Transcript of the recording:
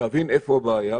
להבין איפה הבעיה,